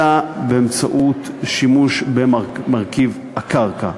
אלא באמצעות שימוש במרכיב הקרקע.